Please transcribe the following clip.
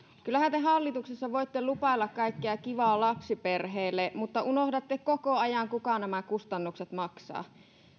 kyllähän te hallituksessa voitte lupailla kaikkea kivaa lapsiperheille mutta unohdatte koko ajan kuka nämä kustannukset maksaa